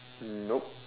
nope